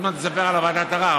עוד מעט נספר על ועדת הערר,